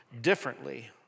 differently